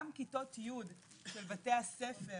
גם כיתות י' של בתי הספר